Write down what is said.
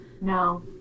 No